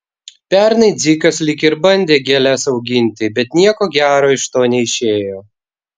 pernai dzikas lyg ir bandė gėles auginti bet nieko gero iš to neišėjo